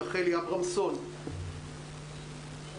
רחלי אברמזון לא עונה.